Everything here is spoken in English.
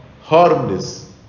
harmless